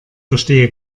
verstehe